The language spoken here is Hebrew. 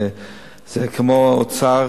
זה כמו האוצר.